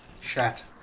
Shat